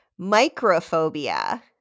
Microphobia